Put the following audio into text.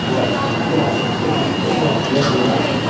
but yeah if you put it out long enough,